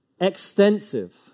extensive